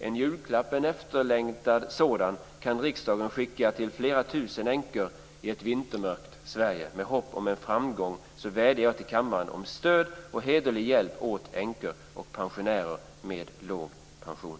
En julklapp, en efterlängtad sådan, kan riksdagen skicka till flera tusen änkor i ett vintermörkt Sverige. Med hopp om framgång vädjar jag till kammaren om stöd och hederlig hjälp åt änkor och pensionärer med låg pension.